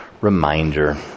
reminder